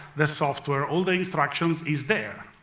the software, all the instruction is there.